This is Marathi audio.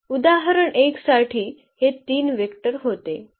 उदाहरण 1 साठी हे तीन वेक्टर होते